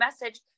message